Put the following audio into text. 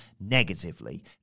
negatively